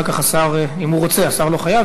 אחר כך השר, אם הוא רוצה, השר לא חייב.